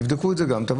תבדקו גם את זה.